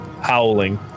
howling